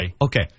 Okay